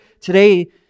today